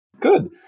Good